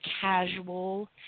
casual